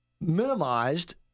minimized